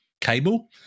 cable